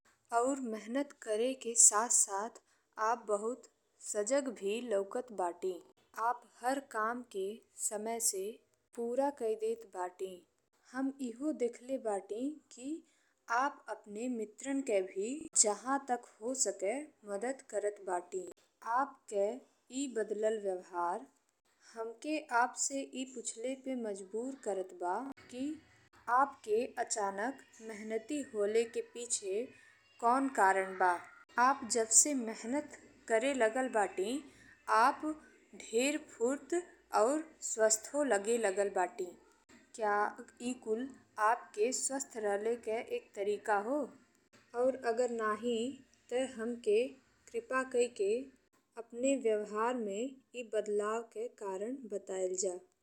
और मेहनत करे के साथ साथ आप बहुत सजग भी लउकत बाटी। आप हर काम के समय से पूरा कइ देते बाटी। हम एहू देखले बानी कि आप अपने मित्रन के भी जहाँ तक हो सके मदद करत बाटी। आप के ई बदलाव व्यवहार हमके आपसे ई पूछले पे मजबूर करऽत बा कि आप के अचानक मेहनती होले के पीछे कउन कारण बा। आप जब से मेहनत करे लगल बाटी आप ढेर फुर्त और स्वस्थो लागे लगल बाटी। का ई कुल आप के स्वस्थ रहले के एक तरीका हवे और अगर नाहीं ते हमके कृपा कइ के अपने व्यवहार में ई बदलाव के कारण बतावल जाव।